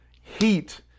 heat